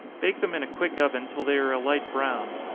bake them in a quick oven till they are a light brown.